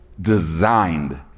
designed